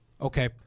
okay